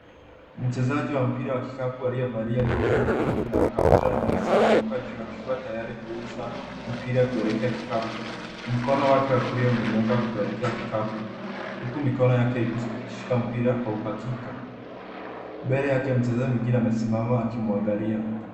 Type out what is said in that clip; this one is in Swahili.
Mchezaji wa mpira wa kikapu aliyevalia jezi nyekundu na kaptura nyeusi ameruka juu akiwa tayari kurusha mpira kuelekea kikapu. Mkono wake wa kulia umenyooka kuelekea kikapu huku mikono yake ikishika mpira kwa uhakika. Mbele yake mchezaji mwingine amesimama akimwangalia.